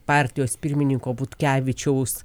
partijos pirmininko butkevičiaus